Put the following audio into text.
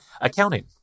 accounting